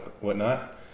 whatnot